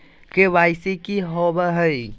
KYC की हॉबे हय?